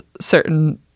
certain